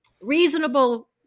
reasonable